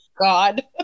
God